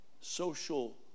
social